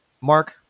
Mark